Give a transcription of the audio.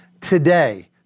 Today